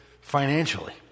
financially